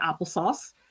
applesauce